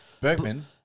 Bergman